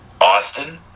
Austin